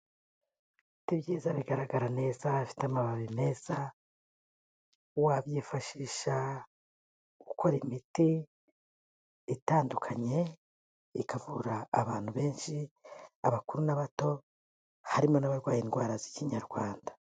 Ibiti byiza bigaragara neza bifite amababi meza wabyifashisha ukora imiti itandukanye ikavura abantu benshi, abakuru n'abato harimo n'abarwaye indwara z'ikinyarwanda.